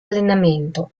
allenamento